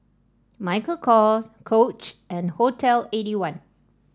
Michael Kors Coach and Hotel Eighty one